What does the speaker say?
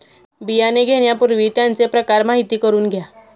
बियाणे घेण्यापूर्वी त्यांचे प्रकार माहिती करून घ्या